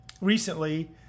recently